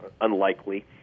unlikely